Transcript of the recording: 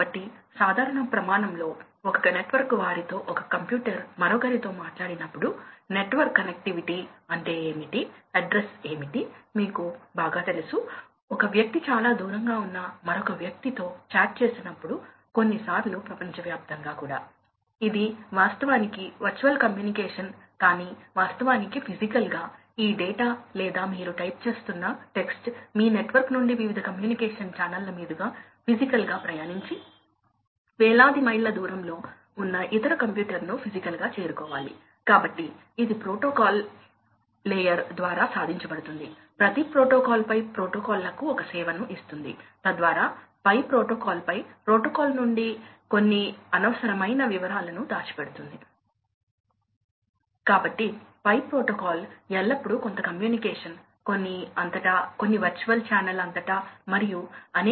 కాబట్టి ఇప్పుడు మీరు డాంపర్ కంట్రోల్ కలిగి ఉన్నప్పుడు ఆపరేటింగ్ లక్షణాలకు ఏమి జరుగుతుందో చూద్దాం కాబట్టి ఇక్కడ ఫ్యాన్ కర్వ్ ఉంది ఇప్పుడు డాంపర్ తప్పనిసరిగా వాస్తవానికి రెసిస్టన్స్ ను కలిగిస్తుందని మీరు చూడవచ్చు కాబట్టి ప్రాథమికంగా మనకు ఇది ఉంది కనుక మీరు డాంపర్ను లోడ్ లో భాగంగా పరిగణించవచ్చు కాబట్టి మీరు డాంపర్ను మూసివేస్తున్నప్పుడు లోడ్ యొక్క ఈ లక్షణం P K x Q2